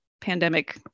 pandemic